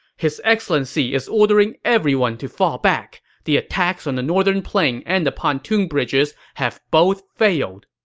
his excellency is ordering everyone to fall back. the attacks on the northern plain and the pontoon bridges have both failed.